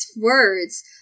words